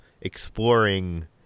exploring